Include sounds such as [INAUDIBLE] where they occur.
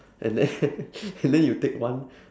and then [LAUGHS] and then you take one